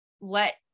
let